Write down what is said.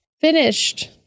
finished